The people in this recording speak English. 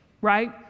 right